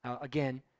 again